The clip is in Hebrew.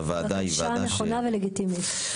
הבקשה היא בקשה נכונה ולגיטימית.